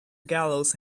gallows